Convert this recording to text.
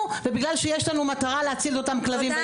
ובגלל שיש לנו מטרה להציל את אותם כלבים.